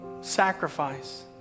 sacrifice